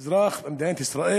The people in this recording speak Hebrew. אזרח במדינת ישראל